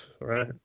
right